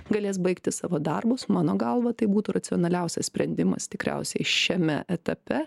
galės baigti savo darbus mano galva tai būtų racionaliausias sprendimas tikriausiai šiame etape